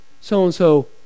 so-and-so